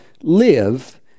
live